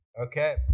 Okay